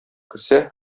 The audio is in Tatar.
керсә